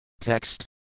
Text